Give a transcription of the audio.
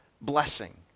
blessing